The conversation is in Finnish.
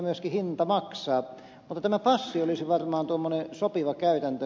mutta tämä passi olisi varmaan tuommoinen sopiva käytäntö